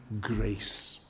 grace